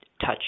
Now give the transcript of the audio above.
touch